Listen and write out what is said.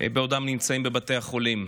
בעודם נמצאים בבתי החולים.